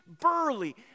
burly